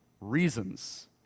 reasons